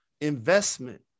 investment